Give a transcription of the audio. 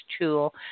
tool